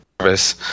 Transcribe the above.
service